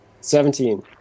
Seventeen